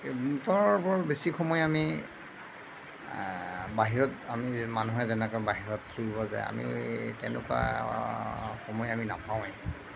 মুঠৰ ওপৰত বেছি সময় আমি বাহিৰত আমি মানুহে যেনেকৈ বাহিৰত ফুৰিব যায় আমি তেনেকুৱা সময় আমি নাপাওঁৱেই